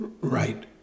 Right